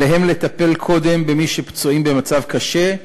עליהם לטפל קודם במי שפצועים במצב קשה,